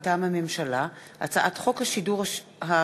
מטעם הממשלה: הצעת חוק השידור הציבורי,